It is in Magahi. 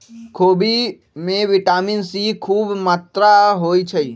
खोबि में विटामिन सी खूब मत्रा होइ छइ